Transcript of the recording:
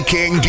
King